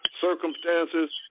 circumstances